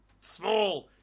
Small